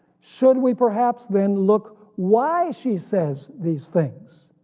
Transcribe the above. should we perhaps then look why she says these things,